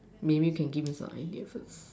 maybe can give me some ideas first